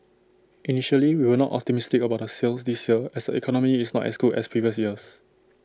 initially we were not optimistic about the sales this year as the economy is not as good as previous years